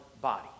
body